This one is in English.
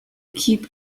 keep